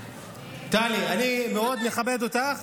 טלי, אני מאוד מכבד אותך.